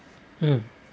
uh